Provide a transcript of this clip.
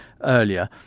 earlier